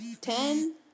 ten